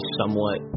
somewhat